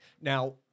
Now